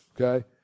okay